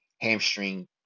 hamstring